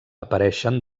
apareixen